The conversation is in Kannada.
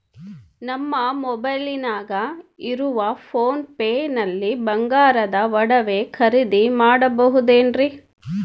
ನಮ್ಮ ಮೊಬೈಲಿನಾಗ ಇರುವ ಪೋನ್ ಪೇ ನಲ್ಲಿ ಬಂಗಾರದ ಒಡವೆ ಖರೇದಿ ಮಾಡಬಹುದೇನ್ರಿ?